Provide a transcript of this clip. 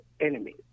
enemies